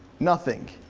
nothing.